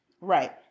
Right